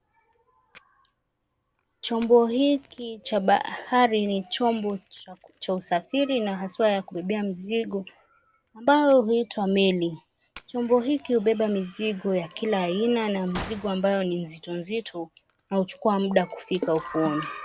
Chombo hiki cha bahari ni chombo cha usafiri na haswaa ya kubebea mzigo andao huitwa meli. Chombo hiki hubeba mizigo ya kila aina na mizigo ambayo ni nzito nzito na huchukua muda kufika ufuoni.